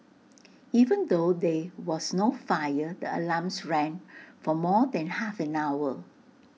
even though there was no fire the alarms rang for more than half an hour